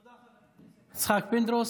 תודה רבה לך, יצחק פינדרוס.